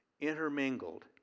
intermingled